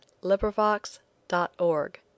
LibriVox.org